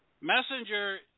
Messenger